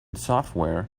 software